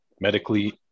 medically